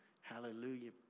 Hallelujah